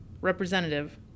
representative